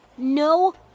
no